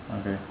okay